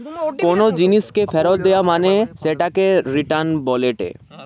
কোনো জিনিসকে ফেরত দেয়া মানে সেটাকে রিটার্ন বলেটে